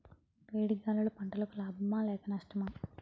వేడి గాలులు పంటలకు లాభమా లేక నష్టమా?